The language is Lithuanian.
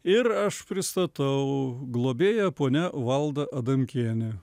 ir aš pristatau globėja ponia valda adamkienė